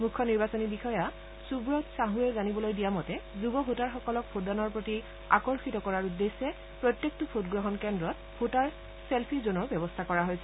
মুখ্য নিৰ্বাচনী বিষয়া সুৱত ছাছবে জানিবলৈ দিয়া মতে যুৰ ভোটাৰসকলক ভোটদানৰ প্ৰতি আকৰ্ষিত কৰাৰ উদ্দেশ্যে প্ৰত্যেকটো ভোটগ্ৰহণ কেন্দ্ৰত ভোটাৰ ছেলফি জ'নৰ ব্যৱস্থা কৰা হৈছে